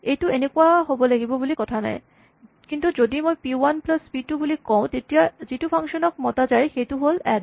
এইটো এনেকুৱাই হ'ব লাগিব বুলি কথা নাই কিন্তু যদি মই P one plus P two বুলি কওঁ তেতিয়া যিটো ফাংচন ক মতা যায় সেইটো হ'ল এড